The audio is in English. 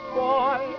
boy